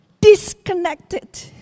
Disconnected